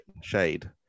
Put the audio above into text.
shade